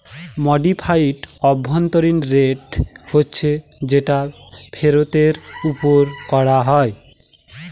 modified অভ্যন্তরীন rate হচ্ছে যেটা ফেরতের ওপর করা হয়